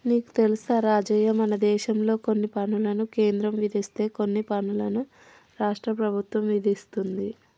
నీకు తెలుసా రాజయ్య మనదేశంలో కొన్ని పనులను కేంద్రం విధిస్తే కొన్ని పనులను రాష్ట్ర ప్రభుత్వం ఇదిస్తుంది